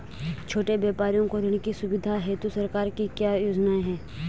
छोटे व्यापारियों को ऋण की सुविधा हेतु सरकार की क्या क्या योजनाएँ हैं?